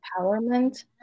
empowerment